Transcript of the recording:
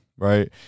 Right